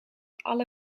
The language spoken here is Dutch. alle